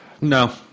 No